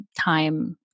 time